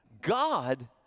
God